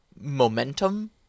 momentum